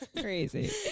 crazy